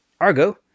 Argo